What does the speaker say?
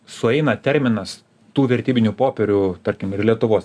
sueina terminas tų vertybinių popierių tarkim ir lietuvos